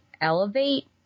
elevate